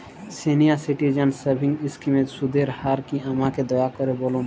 senior citizen savings স্কিমের সুদের হার কী আমাকে দয়া করে বলুন